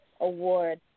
award